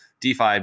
DeFi